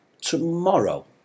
tomorrow